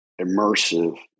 immersive